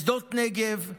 בשדות נגב.